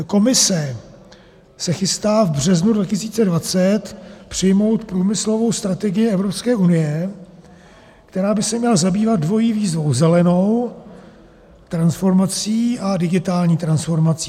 Komise se chystá v březnu 2020 přijmout průmyslovou strategii Evropské unie, která by se měla zabývat dvojí výzvou: zelenou transformací a digitální transformací.